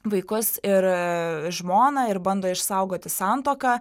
vaikus ir žmoną ir bando išsaugoti santuoką